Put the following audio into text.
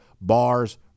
bars